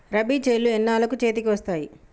రబీ చేలు ఎన్నాళ్ళకు చేతికి వస్తాయి?